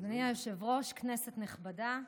אדוני היושב-ראש, כנסת נכבדה,